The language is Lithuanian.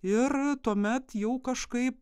ir tuomet jau kažkaip